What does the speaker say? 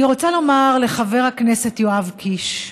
אני רוצה לומר לחבר הכנסת יואב קיש: